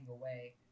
away